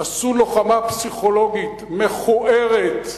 עשו לוחמה פסיכולוגית מכוערת,